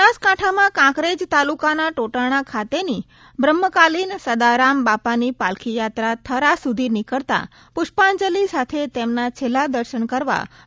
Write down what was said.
બનાસકાંઠામાં કાંકરેજ તાલુકાના ટોટાણા ખાતેની બ્રહ્મકાલીન સદારામ બાપાની પાલખી યાત્રા થરા સુધી નીકળતા પુષ્પાંજલિ સાથે તેમના છેલ્લાં દર્શન કરવા મેદની ઊમટી પડી છે